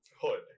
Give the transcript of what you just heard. hood